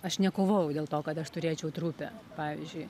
aš nekovojau dėl to kad aš turėčiau trupę pavyzdžiui